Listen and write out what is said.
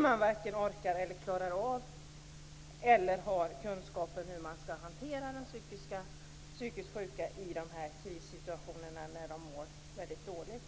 Man varken orkar eller klarar av det, och man har inte kunskap om hur man skall hantera de psykiskt sjuka i krissituationer när de mår väldigt dåligt.